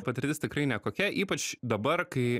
patirtis tikrai nekokia ypač dabar kai